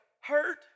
hurt